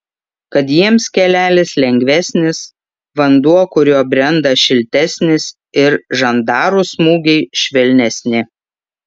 kad jiems kelelis lengvesnis vanduo kuriuo brenda šiltesnis ir žandarų smūgiai švelnesni